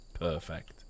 Perfect